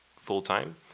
full-time